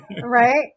right